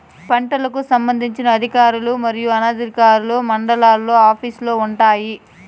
పంటలకు సంబంధించిన అధికారులు మరియు అనధికారులు మండలాల్లో ఆఫీస్ లు వుంటాయి?